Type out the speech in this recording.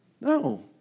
No